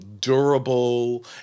durable